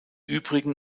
übrigen